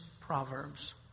Proverbs